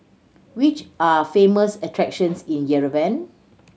which are famous attractions in Yerevan